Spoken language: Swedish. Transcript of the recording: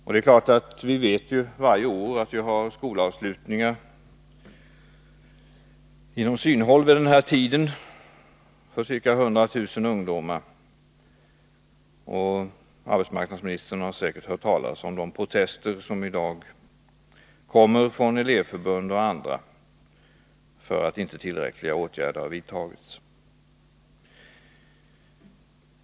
Vi vet självfallet att vi varje år vid den här tiden har skolavslutningar inom synhåll för ca 100 000 ungdomar, och arbetsmarknadsministern har säkert hört talas om de protester som i dag kommer från elevförbund och andra om att inte tillräckliga åtgärder har vidtagits.